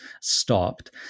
stopped